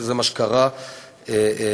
וזה מה שקרה ל"איגי".